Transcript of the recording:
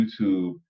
YouTube